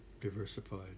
diversified